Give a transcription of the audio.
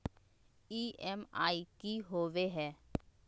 EMI की होवे है?